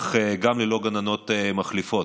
אך גם ללא גננות מחליפות,